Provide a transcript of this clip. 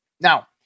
now